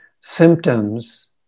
symptoms